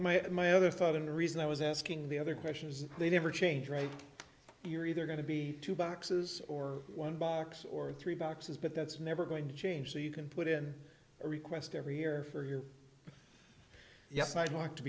my my other thought and reason i was asking the other question is they never change rate you're either going to be two boxes or one box or three boxes but that's never going to change that you can put in a request every year for your yes i'd like to